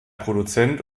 produzent